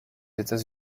états